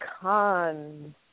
cons